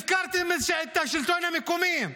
הפקרתם את השלטון המקומי.